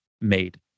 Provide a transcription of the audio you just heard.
made